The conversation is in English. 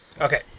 Okay